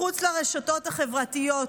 מחוץ לרשתות החברתיות,